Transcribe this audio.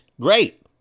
great